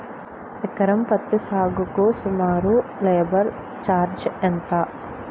ఎకరం పత్తి సాగుకు సుమారు లేబర్ ఛార్జ్ ఎంత?